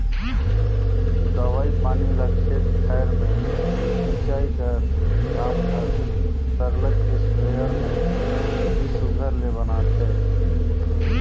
दवई पानी ल खेत खाएर में छींचई कर काम हर सरलग इस्पेयर में ही सुग्घर ले बनथे